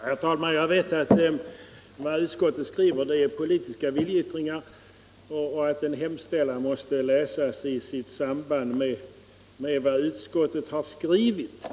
Herr talman! Jag vet att vad utskotten skriver är politiska viljeyttringar och att en hemställan måste läsas i samband med vad utskottet har skrivit.